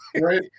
Right